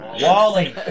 Wally